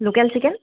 local chicken